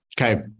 Okay